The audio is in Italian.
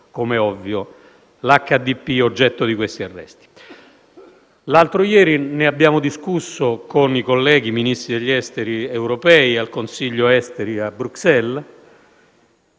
come ovvio, l'HDP oggetto di questi arresti. L'altro ieri ne abbiamo discusso con i colleghi Ministri degli esteri europei al Consiglio affari esteri a Bruxelles,